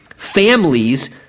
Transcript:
Families